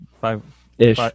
Five-ish